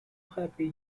happy